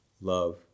love